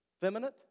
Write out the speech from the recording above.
Feminine